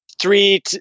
three